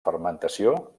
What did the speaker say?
fermentació